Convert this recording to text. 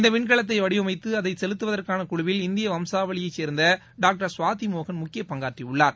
இந்த விண்கலத்தை வடிவமைத்து அதை செலுத்துவதற்கான குழுவில் இந்திய வம்சாவளியை சேர்ந்த டாக்டர் சுவாதி மோகன் முக்கிய பங்காற்றியுள்ளார்